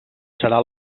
serà